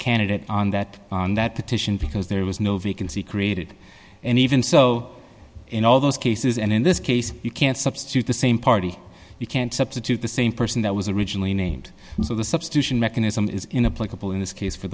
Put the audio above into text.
candidate on that on that petition because there was no vacancy created and even so in all those cases and in this case you can't substitute the same party you can't substitute the same person that was originally named so the substitution mechanism is in a playable in this case for